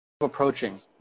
approaching